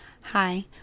Hi